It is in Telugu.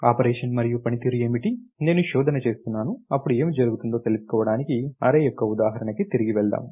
ఆపరేషన్ మరియు పనితీరు ఏమిటి నేను శోధన చేస్తున్నాను అప్పుడు ఏమి జరుగుతుందో తెలుసుకోవడానికి అర్రే యొక్క ఉదాహరణకి తిరిగి వెళ్దాము